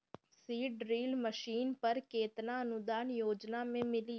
Seed drill machine पर केतना अनुदान योजना में मिली?